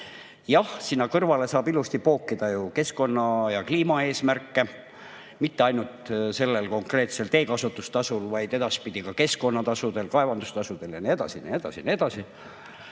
Jah, sinna kõrvale saab ilusti pookida keskkonna‑ ja kliimaeesmärke, mitte ainult selle konkreetse teekasutustasu puhul, vaid edaspidi ka keskkonnatasude, kaevandustasude puhul ja nii edasi ja nii edasi ja nii edasi.